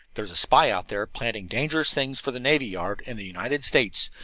there's a spy out there planning dangerous things for the navy yard and the united states.